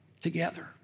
together